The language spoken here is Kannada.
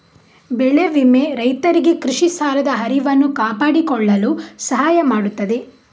ಬೆಳೆ ವಿಮೆ ರೈತರಿಗೆ ಕೃಷಿ ಸಾಲದ ಹರಿವನ್ನು ಕಾಪಾಡಿಕೊಳ್ಳಲು ಸಹಾಯ ಮಾಡುತ್ತದೆ